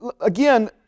again